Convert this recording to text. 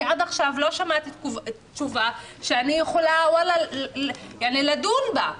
אני עד עכשיו לא שמעתי תשובה שאני יכולה לדון בה.